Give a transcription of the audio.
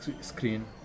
screen